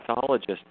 pathologist